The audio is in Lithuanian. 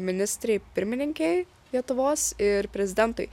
ministrei pirmininkei lietuvos ir prezidentui